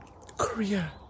Korea